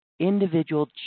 individual